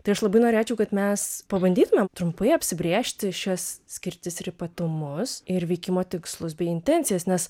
tai aš labai norėčiau kad mes pabandytumėm trumpai apsibrėžti šias skirtis ir ypatumus ir veikimo tikslus bei intencijas nes